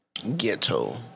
Ghetto